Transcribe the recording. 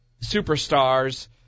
superstars